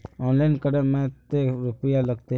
Online करे में ते रुपया लगते?